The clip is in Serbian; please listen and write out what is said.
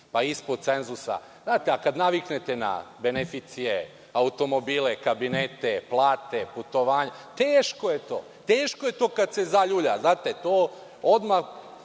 pa ispod cenzusa, znate, a kad naviknete na beneficije, automobile, kabinete, plate, putovanja, teško je to. Teško je to kad se zaljulja, znate, odmah